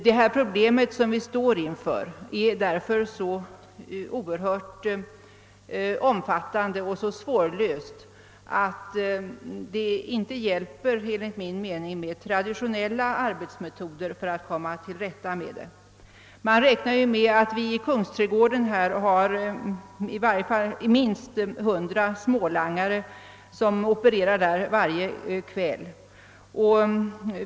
Det problem som vi står inför är därför så oerhört omfattande och så svårlöst, att det enligt min mening inte hjälper med traditionella arbetsmetoder för att komma till rätta med det. Man räknar med att minst 100 smålangare opererar i Kungsträdgården varje kväll.